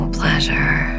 pleasure